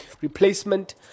replacement